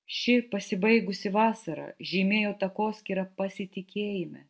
ši pasibaigusi vasara žymėjo takoskyrą pasitikėjime